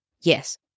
yes